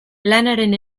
lanaren